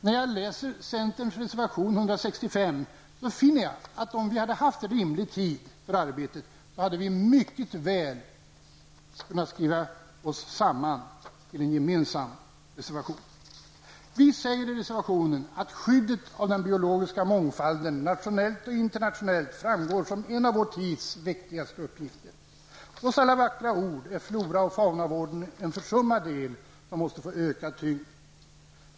När jag läser centerns reservation 165, finner jag att om rimlig tid för arbete funnits hade vi mycket väl kunnat skriva oss samman till en gemensam reservation. Vi säger i reservationen att skyddet av den biologiska mångfalden nationellt och internationellt framstår som en av vår tids viktigaste uppgifter. Trots alla vackra ord är floraoch faunavården en försummad del som måste få ökad tyngd.